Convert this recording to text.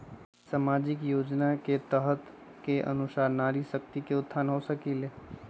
सामाजिक योजना के तहत के अनुशार नारी शकति का उत्थान हो सकील?